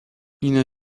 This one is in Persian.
اینا